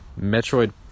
metroid